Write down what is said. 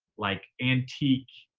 like, antique,